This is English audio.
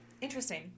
interesting